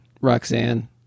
Roxanne